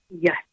yes